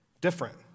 different